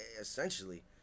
essentially